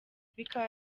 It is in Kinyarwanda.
bikaba